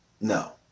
No